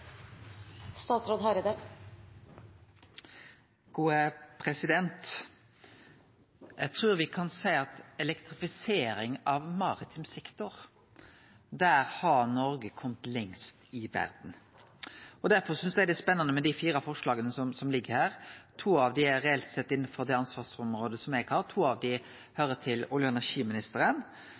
Eg trur me kan seie at når det gjeld elektrifisering av maritim sektor, har Noreg kome lengst i verda. Derfor synest eg det er spennande med dei fire forslaga som ligg her. To av dei er reelt sett innanfor ansvarsområdet som eg har, to av dei høyrer til hos olje- og energiministeren.